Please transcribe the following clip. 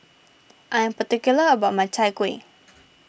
I am particular about my Chai Kuih